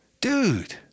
Dude